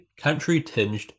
country-tinged